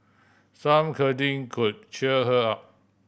some cuddling could cheer her up